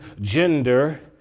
gender